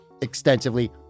extensively